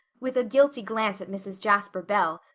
with a guilty glance at mrs. jasper bell,